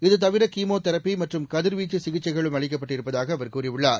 இதுதவிர கீமோதெரபி மற்றும் கதிர்வீச்சு சிகிச்சைகளும் அளிக்கப்பட்டிருப்பதாக அவர் கூறியுள்ளார்